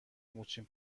موچین